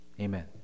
Amen